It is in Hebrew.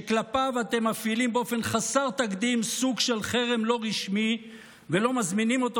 שכלפיו אתם מפעילים באופן חסר תקדים סוג של חרם לא רשמי ולא מזמינים אותו